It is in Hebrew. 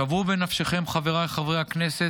שוו בנפשכם, חבריי חברי הכנסת,